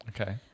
Okay